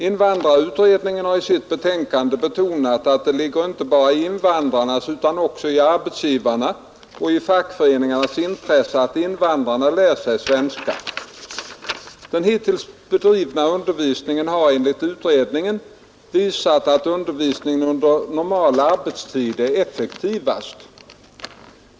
Invandrarutredningen har i sitt betänkande betonat att det ligger inte bara i invandrarnas utan också i arbetsgivarnas och fackföreningarnas intresse att invandrarna lär sig svenska. Den hittills bedrivna undervisningen har, enligt utredningen, visat att undervisning under normal arbetstid är effektivast.